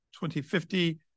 2050